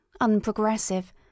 unprogressive